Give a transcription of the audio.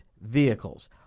vehicles